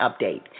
update